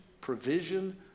provision